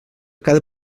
cada